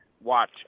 watch